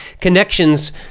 connections